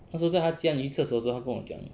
那时候在她家你去厕所的时候她跟我讲的